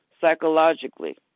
psychologically